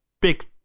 big